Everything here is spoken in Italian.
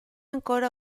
ancora